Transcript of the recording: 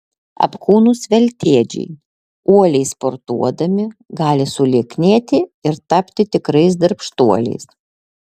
apkūnūs veltėdžiai uoliai sportuodami gali sulieknėti ir tapti tikrais darbštuoliais